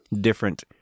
different